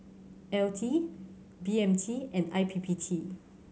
L T B M T and I P P T